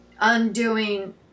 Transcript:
undoing